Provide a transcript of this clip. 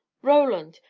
roland.